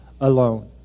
alone